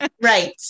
right